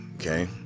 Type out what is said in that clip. okay